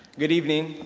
good evening.